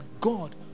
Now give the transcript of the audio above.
God